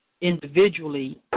individually